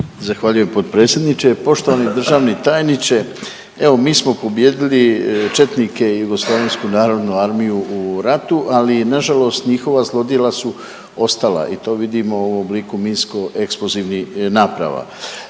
Zahvaljujem potpredsjedniče. Poštovani državni tajniče, evo mi smo pobijedili četnike i JNA u ratu, ali nažalost njihova zlodjela su ostala i to vidimo u obliku minsko eksplozivnih naprava.